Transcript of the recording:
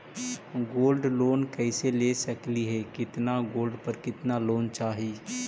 Gold loan कैसे ले सकली हे, कितना गोल्ड पर कितना लोन चाही?